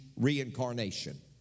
Reincarnation